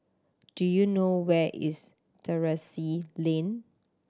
do you know where is Terrasse Lane